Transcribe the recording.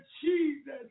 Jesus